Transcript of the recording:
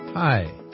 Hi